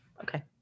okay